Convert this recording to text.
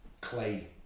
clay